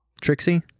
Trixie